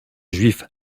juif